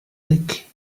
lick